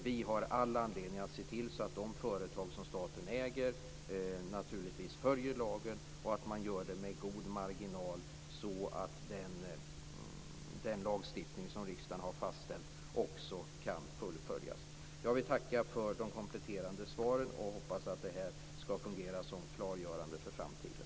Vi har all anledning att se till att de företag som staten äger följer lagen och gör det med god marginal, så att den lagstiftning som riksdagen har fastställt också kan fullföljas. Jag vill tacka för de kompletterande svaren och hoppas att det här skall fungera klargörande för framtiden.